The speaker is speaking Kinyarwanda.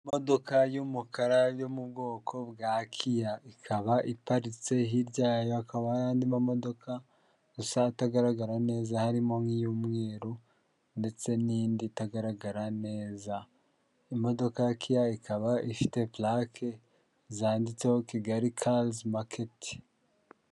Imodoka y'umukara yo mu bwoko bwa kiya, ikaba iparitse hirya hakaba hari andi ma modoka gusa atagaragara neza harimo nk'iy'umweru ndetse n'indi itagaragara neza. Imodoka ya kiya ikaba ifite plake zanditseho Kigali karizi maketi.